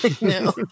No